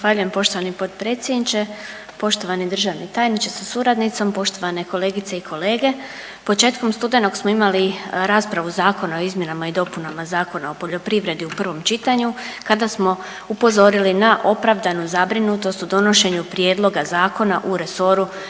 poštovani potpredsjedniče. Poštovani državni tajniče sa suradnicom, poštovane kolegice i kolege, početkom studenog smo imali raspravu Zakona o izmjenama i dopuna Zakona o poljoprivredi u prvom čitanju kada smo upozorili na opravdanu zabrinutost u donošenju prijedloga zakona u resoru